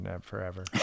forever